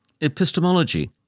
Epistemology